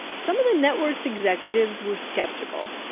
some of the network's executives were skeptical.